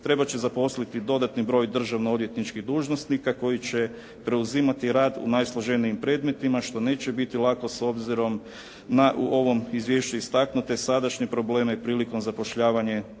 Trebat će zaposliti dodatni broj državno odvjetničkih dužnosnika koji će preuzimati rad u najsloženijim predmetima što neće biti lako s obzirom na u ovom izvješću istaknute sadašnje probleme prilikom zapošljavanja